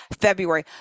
February